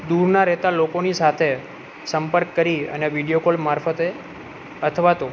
દૂરના રહેતાં લોકોની સાથે સંપર્ક કરી અને વિડીયો કોલ મારફતે અથવા તો